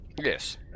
Yes